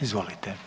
Izvolite.